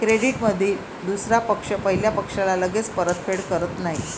क्रेडिटमधील दुसरा पक्ष पहिल्या पक्षाला लगेच परतफेड करत नाही